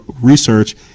Research